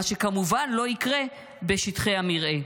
מה שכמובן לא יקרה בשטחי המרעה.